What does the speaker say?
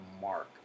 mark